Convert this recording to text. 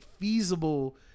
Feasible